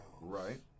right